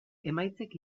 emaitzek